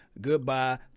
Goodbye